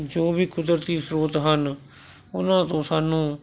ਜੋ ਵੀ ਕੁਦਰਤੀ ਸ੍ਰੋਤ ਹਨ ਉਹਨਾਂ ਤੋਂ ਸਾਨੂੰ